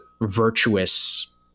virtuous